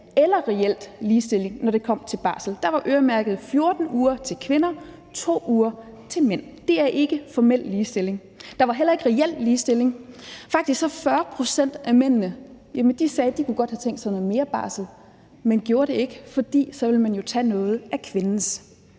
eller reel ligestilling, når det kom til barsel. Der var øremærket 14 uger til kvinder og 2 uger til mænd. Det er ikke formel ligestilling. Der var heller ikke reel ligestilling. Faktisk sagde 40 pct. af mændene, at de godt kunne have tænkt sig noget mere barsel, men de gjorde det ikke, fordi man jo så ville tage noget af kvindens.